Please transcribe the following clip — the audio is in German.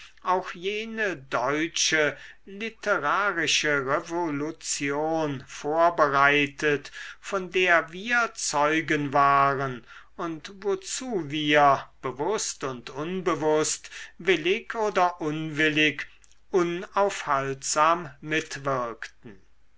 auch jene deutsche literarische revolution vorbereitet von der wir zeugen waren und wozu wir bewußt und unbewußt willig oder unwillig unaufhaltsam mitwirkten